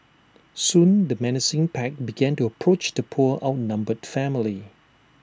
soon the menacing pack began to approach the poor outnumbered family